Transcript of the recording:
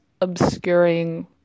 obscuring